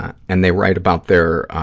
and and they write about their,